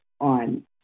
on